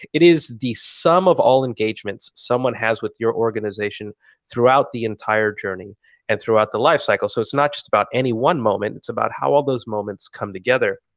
it is the sum of all engagements someone has with your organization throughout the entire journey and throughout the lifecycle. so it's not just about any one moment. it's about how all those moments come together.